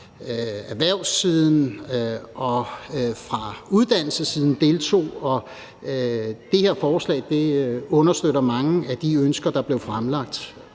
erhvervssiden og fra uddannelsessiden deltog, og det her forslag understøtter mange af de ønsker, der blev fremlagt,